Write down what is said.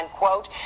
quote